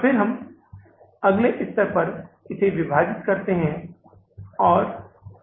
फिर हम उस अगले स्तर पर इसे विभाजित करते हैं